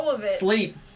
Sleep